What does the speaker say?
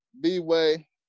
B-Way